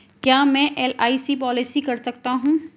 क्या मैं LIC policy कर सकता हूं?